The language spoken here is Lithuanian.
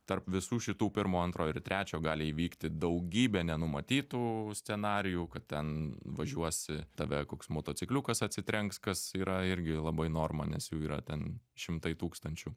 tarp visų šitų pirmo antro ir trečio gali įvykti daugybė nenumatytų scenarijų kad ten važiuosi tave koks motocikliukas atsitrenks kas yra irgi labai norma nes jų yra ten šimtai tūkstančių